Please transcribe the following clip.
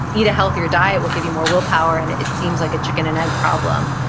eat a healthier diet will give you more willpower. and it seems like a chicken and egg problem.